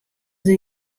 der